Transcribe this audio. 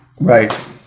Right